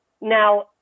Now